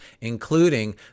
including